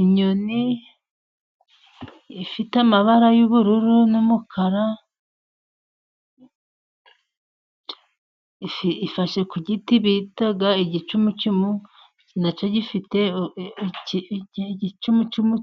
Inyoni ifite amabara y'ubururu n'umukara, ifashe ku giti bita igicumucumu, nacyo gifite igicumucumu,